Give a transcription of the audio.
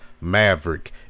Maverick